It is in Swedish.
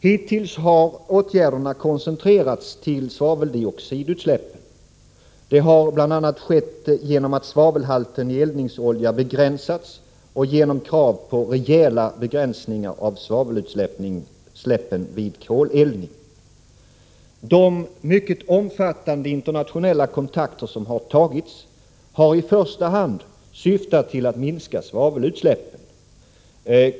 Hittills har åtgärderna koncentrerats till svaveldioxidutsläppen, bl.a. genom att svavelhalten i eldningsoljor begränsats och genom kraven på rejäla begränsningar av svavelutsläppen vid koleldning. De mycket omfattande internationella kontakter som har tagits har i första hand syftat till att minska svavelutsläppen.